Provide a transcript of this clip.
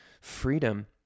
freedom